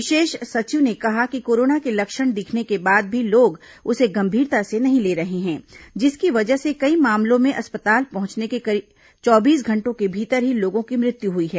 विशेष सचिव ने कहा कि कोरोना के लक्षण दिखने के बाद भी लोग उसे गंभीरता से नहीं ले रहे हैं जिसकी वजह से कई मामलों में अस्पताल पहुंचने के चौबीस घंटों के भीतर ही लोगों की मृत्यु हुई है